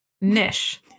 niche